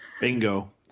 Bingo